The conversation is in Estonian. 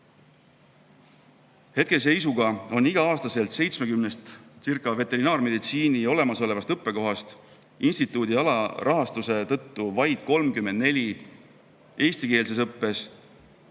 Hetkeseisuga on igal aastal veterinaarmeditsiini olemasolevastcirca70 õppekohast instituudi alarahastuse tõttu vaid 34 eestikeelses õppes